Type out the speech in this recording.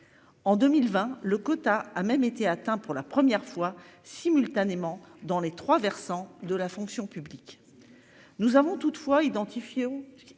En 2020 le quota a même été atteint pour la première fois simultanément dans les trois versants de la fonction publique. Nous avons toutefois identifions